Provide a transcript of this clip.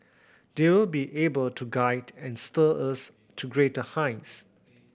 they will be able to guide and steer us to greater heights